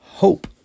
Hope